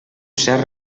cert